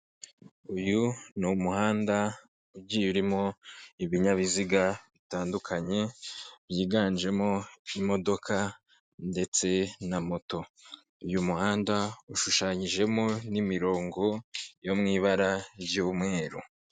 Uyu ni umuhanda ugiye urimo ibinyabiziga bitandukanye, byiganjemo imodoka, ndetse na moto. Uyu muhanda ushushanyijemo n'imirongo yo mu ibara ry'umweru.